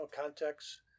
context